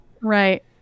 right